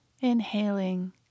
inhaling